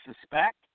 suspect